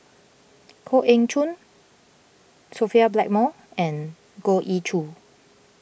Koh Eng Hoon Sophia Blackmore and Goh Ee Choo